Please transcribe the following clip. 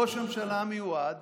ראש הממשלה המיועד